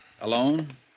Alone